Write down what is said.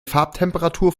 farbtemperatur